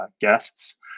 guests